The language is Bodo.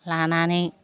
लानानै